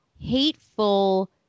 hateful